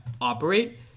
operate